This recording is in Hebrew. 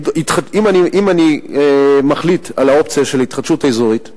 אם אני מחליט על האופציה של התחדשות אזורית,